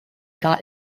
got